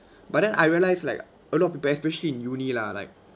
but then I realise like uh a lot of people especially in uni lah like